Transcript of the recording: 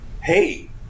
Hey